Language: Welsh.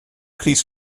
crys